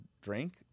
drink